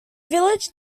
village